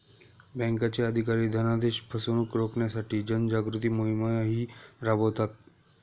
बँकांचे अधिकारी धनादेश फसवणुक रोखण्यासाठी जनजागृती मोहिमाही राबवतात